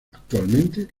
actualmente